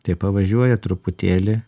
tai pavažiuoja truputėlį